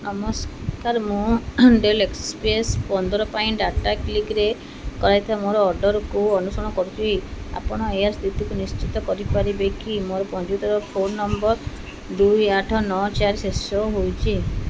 ନମସ୍କାର ମୁଁ Dell express ପନ୍ଦର ପାଇଁ ଡାଟା କ୍ଲିକ୍ରେ କରାଯାଇଥିବା ମୋର ଅର୍ଡ଼ର୍କୁ ଅନୁସରଣ କରୁଛି ଆପଣ ଏହାର ସ୍ଥିତିକୁ ନିଶ୍ଚିତ କରିପାରିବେ କି ମୋର ପଞ୍ଜୀକୃତ ଫୋନ ନମ୍ବର ଦୁଇ ଆଠ ନଅ ଚାରି ଶେଷ ହୋଇଛି